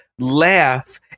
laugh